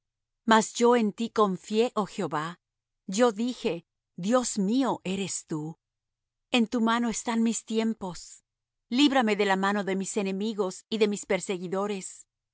mas yo en ti confié oh jehová yo dije dios mío eres tú en tu mano están mis tiempos líbrame de la mano de mis enemigos y de mis perseguidores haz